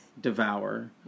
devour